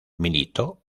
militó